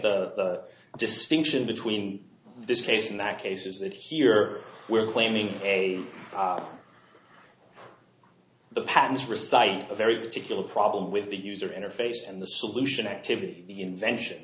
the distinction between this case in that case is that here we are claiming the patents recite a very particular problem with the user interface and the solution activity invention